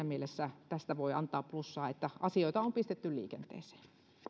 mielessä tästä voi antaa plussaa että asioita on pistetty liikenteeseen